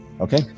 Okay